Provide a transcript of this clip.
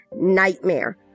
nightmare